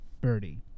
Birdie